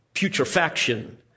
putrefaction